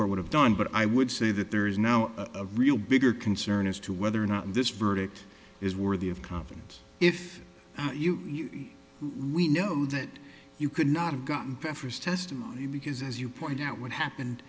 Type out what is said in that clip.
court would have done but i would say that there is now a real bigger concern as to whether or not this verdict is worthy of confidence if we know that you could not have gotten preference test because as you point out what happened